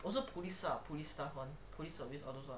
also police police stuff one police service all those [one]